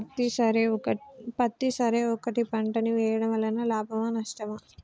పత్తి సరి ఒకటే పంట ని వేయడం వలన లాభమా నష్టమా?